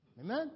Amen